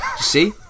see